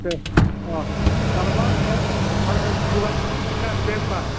दे अ माब्लाबा आं जगाजग खालामसिगोन आरो दे होनबा